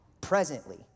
presently